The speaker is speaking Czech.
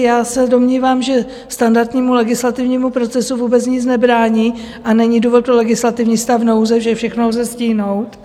Já se domnívám, že standardnímu legislativnímu procesu vůbec nic nebrání a není důvod pro legislativní stav nouze, že všechno lze stihnout.